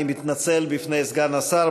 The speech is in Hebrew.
אני מתנצל בפני סגן השר.